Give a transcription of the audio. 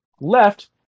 left